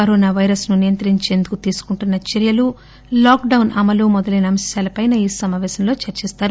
corona virus ను నియంత్రించేందుకు తీసుకుంటున్న చర్యలు లాక్లౌస్ అమలు మొదలైన అంశాలపైనా ఈ సమావేశంలో చర్చిస్తారు